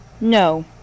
No